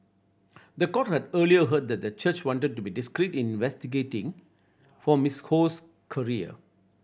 the court had earlier heard that the church wanted to be discreet in investing for Mistress Ho's career